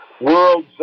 World